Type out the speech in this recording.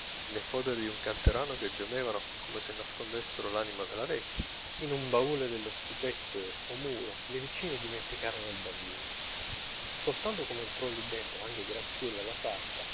nei foderi di un canterano che gemevano come se nascondessero l'anima della vecchia in un baule nello stipetto o muro le vicine dimenticarono il bambino soltanto com'entrò lì dentro anche graziella la sarta